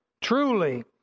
truly